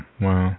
wow